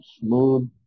smooth